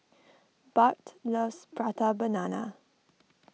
Bart loves Prata Banana